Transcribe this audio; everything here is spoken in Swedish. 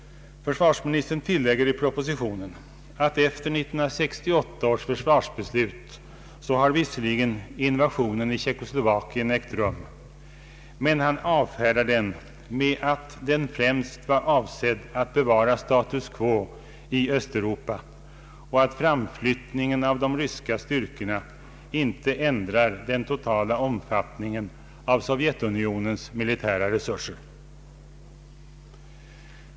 Försvarsministern tillägger i propositionen att efter 1968 års försvarsbeslut har visserligen invasionen i Tjeckoslovakien ägt rum, men han avfärdar den med att den främst var avsedd att bevara status quo i Östeuropa och att framflyttningen av de ryska styrkorna inte ändrar den totala omfattningen av Sovjetunionens militära resurser.